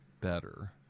better